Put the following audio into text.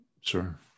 Sure